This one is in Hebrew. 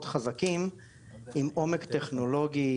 עוד מוסדות מאוד חזקים עם עומק טכנולוגי,